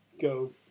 go